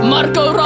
Marco